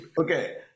Okay